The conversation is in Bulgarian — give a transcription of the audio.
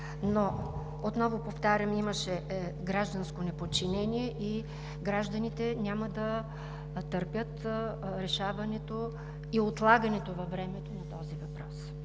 Но отново повтарям, имаше гражданско неподчинение и гражданите няма да търпят решаването и отлагането във времето на този въпрос.